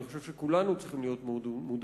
ואני חושב שכולנו צריכים להיות מודאגים.